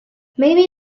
maybe